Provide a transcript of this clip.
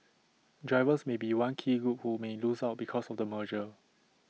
drivers may be one key group who may lose out because of the merger